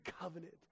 covenant